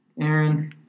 Aaron